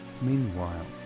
meanwhile